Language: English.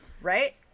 Right